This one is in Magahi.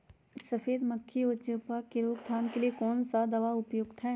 सफेद मक्खी व चेपा की टमाटर की फसल में रोकथाम के लिए कौन सा दवा उपयुक्त है?